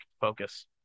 focus